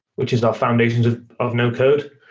which is our foundations of of no-code.